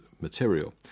material